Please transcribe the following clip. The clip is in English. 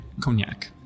cognac